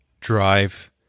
drive